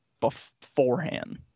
beforehand